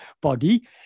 body